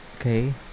Okay